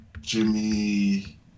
Jimmy